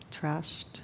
trust